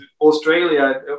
Australia